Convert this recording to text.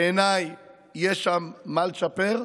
בעיניי יש שם מה לשפר.